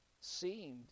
seemed